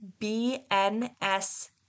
BNS